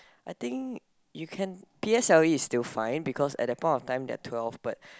I think you can p_s_l_e is still fine because at that point of time they are still twelve but